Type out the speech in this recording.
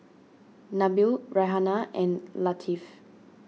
Nabil Raihana and Latif